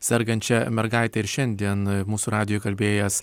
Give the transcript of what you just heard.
sergančia mergaite ir šiandien mūsų radijuj kalbėjęs